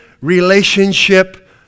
relationship